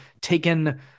taken